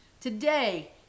Today